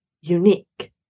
unique